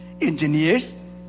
engineers